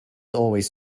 always